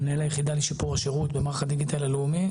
מנהל היחידה לשיפור השירות במערך הדיגיטל הלאומי.